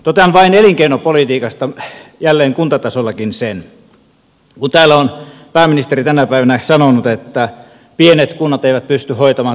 totean vain elinkeinopolitiikasta jälleen kuntatasollakin erään asian kun täällä on pääministeri tänä päivänä sanonut että pienet kunnat eivät pysty hoitamaan tehokkaasti elinkeinopolitiikkaa